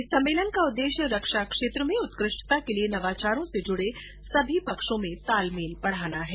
इस सम्मेलन का उद्देश्य रक्षा क्षेत्र में उत्कृष्टता के लिए नवाचारों से जुड़े सभी पक्षों में तालमेल बढ़ाना है